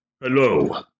Hello